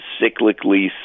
cyclically